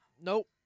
Nope